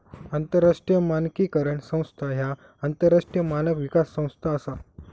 आंतरराष्ट्रीय मानकीकरण संस्था ह्या आंतरराष्ट्रीय मानक विकास संस्था असा